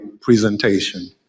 presentation